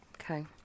okay